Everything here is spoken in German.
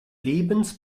lebens